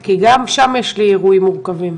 כי גם שם יש אירועים מורכבים.